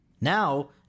Now